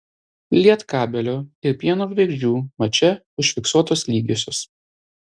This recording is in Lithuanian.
lietkabelio ir pieno žvaigždžių mače užfiksuotos lygiosios